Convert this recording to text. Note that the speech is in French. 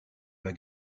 pas